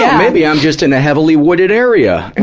yeah maybe i'm just in a heavily-wooded area.